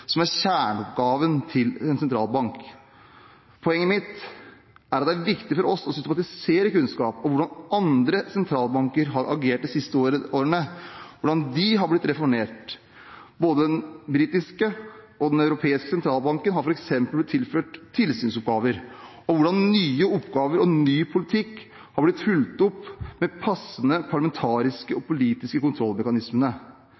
som er kjerneoppgaven til en sentralbank. Poenget mitt er at det er viktig for oss å systematisere kunnskap om hvordan andre sentralbanker har agert de siste årene, om hvordan de har blitt reformert – både den britiske og den europeiske sentralbanken har f.eks. blitt tilført tilsynsoppgaver – og hvordan nye oppgaver og ny politikk har blitt fulgt opp med passende parlamentariske og politiske